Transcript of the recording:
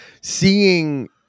seeing